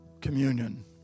communion